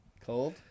cold